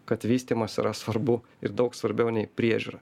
kad vystymas yra svarbu ir daug svarbiau nei priežiūra